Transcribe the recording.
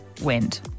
wind